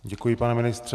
Děkuji, pane ministře.